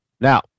Now